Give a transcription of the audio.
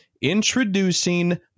introducing